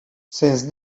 since